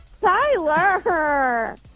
Tyler